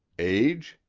age?